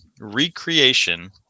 recreation